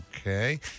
Okay